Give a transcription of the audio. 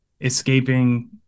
escaping